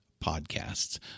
podcasts